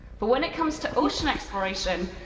but when it comes to ocean exploration,